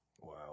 wow